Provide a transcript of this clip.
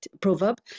proverb